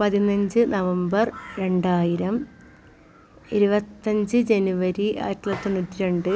പതിനഞ്ച് നവംബർ രണ്ടായിരം ഇരുപത്തഞ്ച് ജനുവരി ആരത്തി തൊള്ളായിരത്തി തൊണ്ണൂറ്റി രണ്ട്